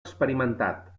experimentat